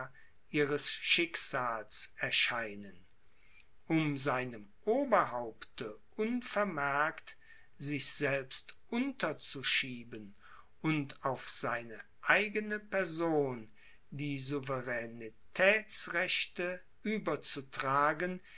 ihres schicksals erscheinen um seinem oberhaupte unvermerkt sich selbst unterzuschieben und auf seine eigene person die souveränetätsrechte überzutragen